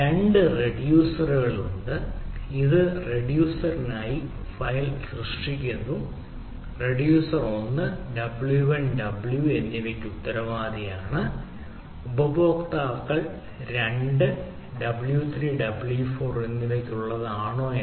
രണ്ട് റിഡ്യൂസറുകളുണ്ട് ഇത് റിഡ്യൂസറിനായി ഫയൽ സൃഷ്ടിക്കുന്നു റിഡ്യൂസർ ഒന്ന് w1 w എന്നിവയ്ക്ക് ഉത്തരവാദിയാണ് ഉപയോക്താക്കൾ രണ്ട് w3 w4 എന്നിവയ്ക്കുള്ളതാണോ എന്ന്